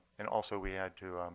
and also we had to